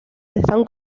están